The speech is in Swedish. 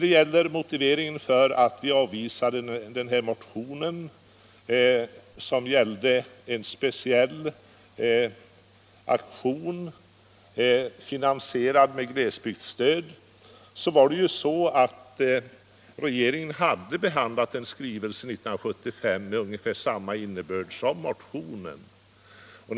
Utskottet har avstyrkt motionen om en speciell verksamhet finansierad med glesbygdsstöd. Regeringen har nämligen 1975 behandlat en skrivelse med ungefär samma innebörd som den som föreslås i motionen.